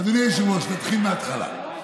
אדוני היושב-ראש, נתחיל מההתחלה.